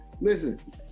Listen